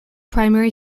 primary